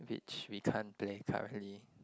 which we can't play currently